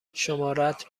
شمارهات